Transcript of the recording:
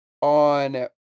on